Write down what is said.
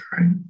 right